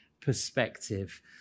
perspective